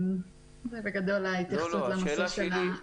זו בגדול ההתייחסות לנושא של -- לא,